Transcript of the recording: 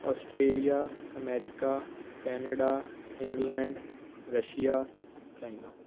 Australia America Canada England Russia China